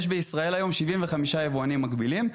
בישראל יש היום 75 יבואנים מקבילים,